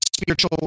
spiritual